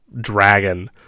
dragon